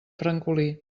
francolí